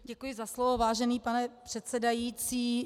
Děkuji za slovo, vážený pane předsedající.